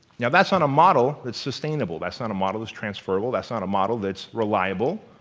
yeah that's not a model that's sustainable. that's not a model that's transferable, that's not a model that's reliable.